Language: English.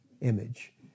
image